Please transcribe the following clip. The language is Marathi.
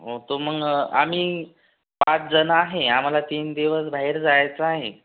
तर मग आम्ही पाच जण आहे आम्हाला तीन दिवस बाहेर जायचं आहे